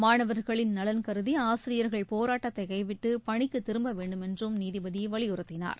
மாணவர்களின் நலன் கருதி ஆசிரியர்கள் போராட்டத்தை கைவிட்டு பணிக்கு திரும்ப வேண்டுமென்றும் நீதிபதி வலியுறுத்தினார்